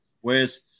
Whereas